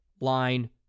line